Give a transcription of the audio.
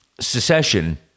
secession